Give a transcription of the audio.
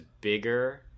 bigger